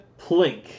Plink